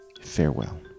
Farewell